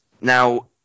Now